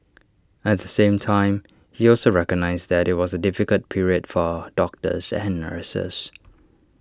at the same time he also recognised that IT was A difficult period for doctors and nurses